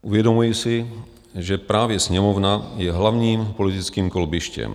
Uvědomuji si, že právě Sněmovna je hlavním politickým kolbištěm.